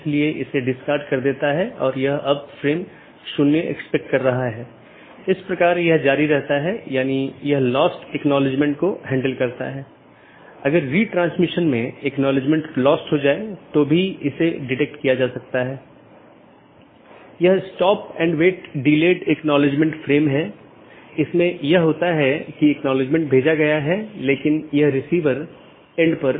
इसलिए जो हम देखते हैं कि मुख्य रूप से दो तरह की चीजें होती हैं एक है मल्टी होम और दूसरा ट्रांजिट जिसमे एक से अधिक कनेक्शन होते हैं लेकिन मल्टी होमेड के मामले में आप ट्रांजिट ट्रैफिक की अनुमति नहीं दे सकते हैं और इसमें एक स्टब प्रकार की चीज होती है जहां केवल स्थानीय ट्रैफ़िक होता है मतलब वो AS में या तो यह उत्पन्न होता है या समाप्त होता है